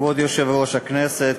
כבוד יושב-ראש הכנסת,